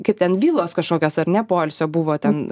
kaip ten vilos kažkokios ar ne poilsio buvo ten